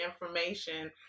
information